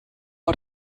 hat